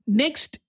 next